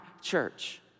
church